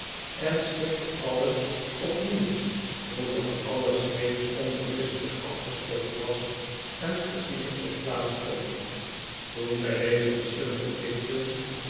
en schikte alles opnieuw hoewel alles reeds onberispelijk afgestoft was en precies op zijn plaats stond toen zij deze verschillende plichten